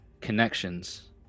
connections